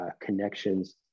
connections